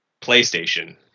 PlayStation